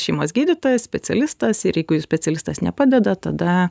šeimos gydytojas specialistas ir jeigu specialistas nepadeda tada